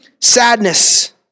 sadness